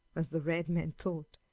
as the red man thought,